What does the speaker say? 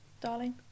darling